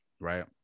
right